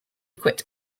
quit